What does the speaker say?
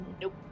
nope